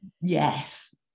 Yes